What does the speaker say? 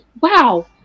wow